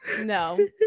No